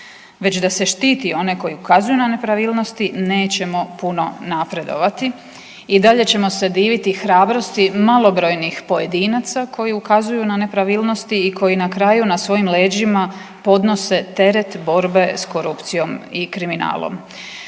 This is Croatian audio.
već da se štiti one koji ukazuju na nepravilnosti, nećemo puno napredovati. I dalje ćemo se diviti hrabrosti malobrojnih pojedinaca koji ukazuju na nepravilnosti i koji na kraju na svojim leđima podnose teret borbe s korupcijom i kriminalom.